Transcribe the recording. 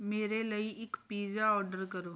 ਮੇਰੇ ਲਈ ਇੱਕ ਪੀਜ਼ਾ ਔਡਰ ਕਰੋ